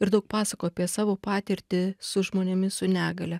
ir daug pasakojo apie savo patirtį su žmonėmis su negalia